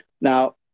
Now